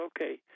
okay